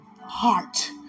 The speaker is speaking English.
heart